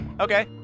Okay